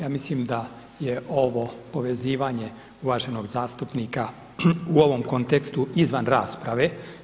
Ja mislim da je ovo povezivanje uvaženog zastupnika u ovom kontekstu izvan rasprave.